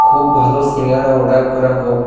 খুব ভালো সিঙাড়া অর্ডার করা হোক